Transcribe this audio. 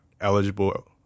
eligible